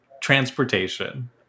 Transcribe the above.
transportation